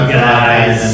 guys